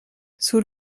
sous